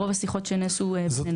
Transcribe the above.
שהיה ברוב השיחות שנעשו אצלינו.